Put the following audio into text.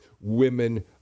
women